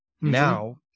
Now